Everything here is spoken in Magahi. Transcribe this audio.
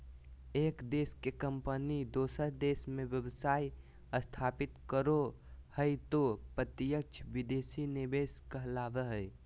एक देश के कम्पनी दोसर देश मे व्यवसाय स्थापित करो हय तौ प्रत्यक्ष विदेशी निवेश कहलावय हय